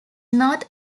not